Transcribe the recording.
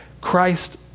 christ